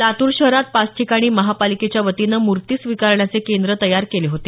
लातूर शहरात पाच ठिकाणी महापालिकेच्या वतीनं मूर्ती स्विकारण्याचे केंद्र तयार केले होते